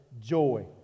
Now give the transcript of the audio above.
Joy